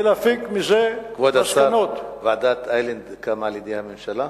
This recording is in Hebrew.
כבוד השר, ועדת-איילנד הוקמה על-ידי הממשלה?